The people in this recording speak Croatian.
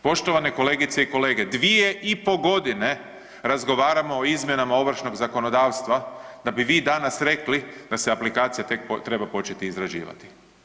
Poštovane kolegice i kolege, 2,5 godine razgovaramo o izmjenama ovršnog zakonodavstva da bi vi danas rekli da se aplikacija tek treba početi izrađivati.